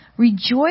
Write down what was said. Rejoice